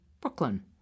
Brooklyn